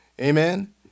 Amen